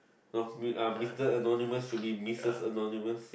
no uh Mister Anonymous should be missus anonymous